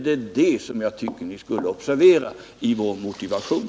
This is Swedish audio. Det är det som jag tycker att ni skall observera i vår motivation.